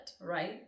right